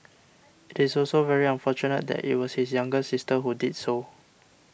it is also very unfortunate that it was his younger sister who did so